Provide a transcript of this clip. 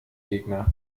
gegner